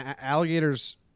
alligators